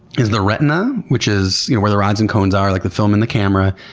is the retina, which is you know where the rods and cones are, like the film in the camera,